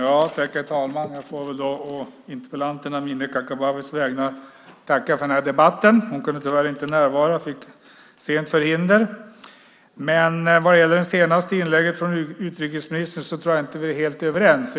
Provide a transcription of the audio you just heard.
Herr talman! Jag får väl å interpellanten Amineh Kakabavehs vägnar tacka för den här debatten. Tyvärr fick hon sent förhinder så hon kan inte närvara här. Om utrikesministerns senaste inlägg är vi nog inte helt överens.